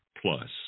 plus